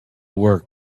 work